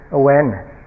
awareness